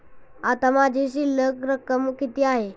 आता माझी शिल्लक रक्कम किती आहे?